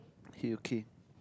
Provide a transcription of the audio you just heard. okay okay